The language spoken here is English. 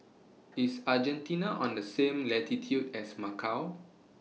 IS Argentina on The same latitude as Macau